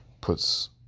puts